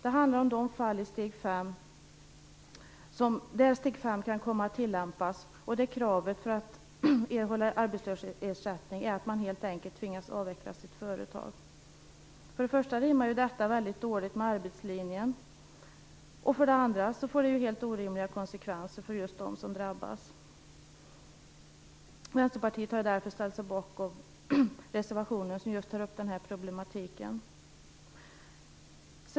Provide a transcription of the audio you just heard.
Det handlar om de fall där steg 5 kan komma att tillämpas och där kravet för att erhålla arbetslöshetsersättning helt enkelt är att man avvecklar sitt företag. För det första rimmar detta mycket illa med arbetslinjen, och för det andra får det helt orimliga konsekvenser för dem som drabbas. Vänsterpartiet har därför ställt sig bakom den reservation som tar upp just den här problematiken.